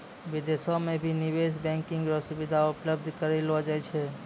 विदेशो म भी निवेश बैंकिंग र सुविधा उपलब्ध करयलो जाय छै